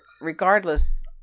regardless